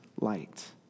light